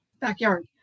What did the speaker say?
backyard